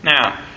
Now